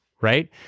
right